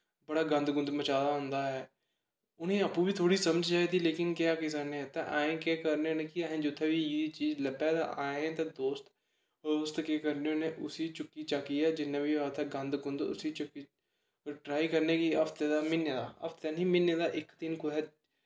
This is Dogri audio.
बड़ा गंद गुंद मचाए दा होंदा ऐ उ'नें ई आपूं बी थोह्ड़ी समझ चाहिदी लेकिन केह् ऐ कि असें केह् करने होने कि जित्थें बी एह् जेही चीज़ लब्भे ते अस ते दोस्त केह् करने होने उसी चुक्की चाक्कियै जि'न्ना बी होऐ उत्थें गंद गुंद उसी चुक्कियै ट्राई करने कि हफ्ते दा म्हीने दा हफ्ते दा निं म्हीने दा इक दिन कुदै